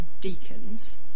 deacons